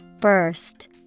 Burst